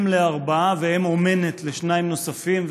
אם לארבעה ואם אומנת לשניים נוספים,